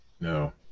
No